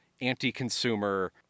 anti-consumer